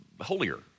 holier